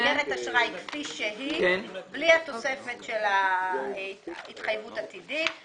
משאיר את הגדרת מסגרת אשראי כפי שהיא בלי התוספת של התחייבות עתידית.